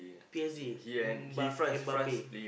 P_S_G um M~ Mbappe